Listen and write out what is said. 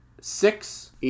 six